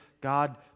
God